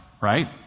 right